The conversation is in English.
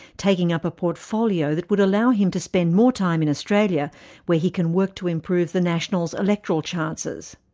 taking up a portfolio that would allow him to spend more time in australia where he can work to improve the nationals' electoral chances.